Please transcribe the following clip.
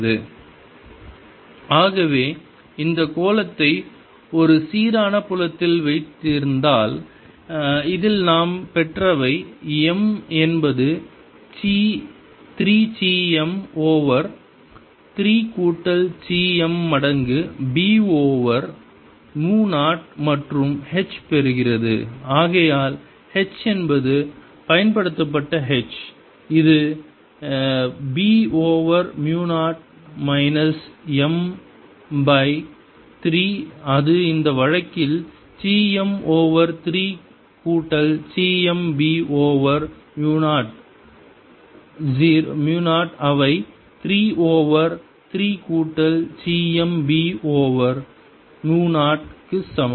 MH M3 HinsideHappliedHdue to MB0 M3 MMB0 MM3 M3M3MB0 ஆகவே இந்த கோளத்தை ஒரு சீரான புலத்தில் வைத்திருந்தால் இதில் நாம் பெற்றவை m என்பது 3 சி m ஓவர் 3 கூட்டல் சி m மடங்கு b ஓவர் மு 0 மற்றும் h பெறுகிறது ஆகையால் h என்பது பயன்படுத்தப்பட்ட h இது b ஓவர் மு 0 மைனஸ் m பை 3 அது இந்த வழக்கில் சி m ஓவர் 3 கூட்டல் சி m b ஓவர் மு 0 அவை 3 ஓவர் 3 கூட்டல் சி m b over மு 0 க்கு சமம்